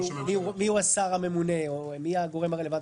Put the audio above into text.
הוא השר הממונה או מי הגורם הרלוונטי,